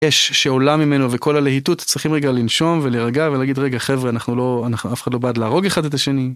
אש שעולה ממנו וכל הלהיטות צריכים רגע לנשום ולהרגע ולהגיד רגע חברה, אנחנו לא, אנחנו אף אחד לא בעד להרוג אחד את השני.